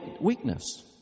weakness